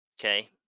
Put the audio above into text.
okay